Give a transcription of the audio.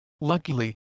Luckily